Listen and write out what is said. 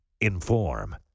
Inform